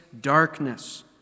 darkness